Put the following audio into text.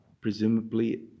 presumably